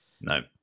No